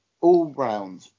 all-round